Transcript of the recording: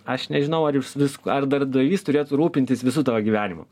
aš nežinau ar jūs ar darbdavys turėtų rūpintis visu tavo gyvenimu